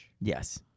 Yes